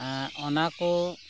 ᱚᱱᱟ ᱠᱚ